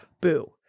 Boo